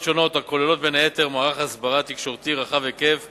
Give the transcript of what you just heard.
שונות הכוללות בין היתר מערך הסברה תקשורתי רחב-היקף